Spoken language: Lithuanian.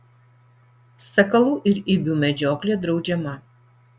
sakalų ir ibių medžioklė draudžiama